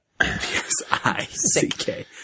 P-S-I-C-K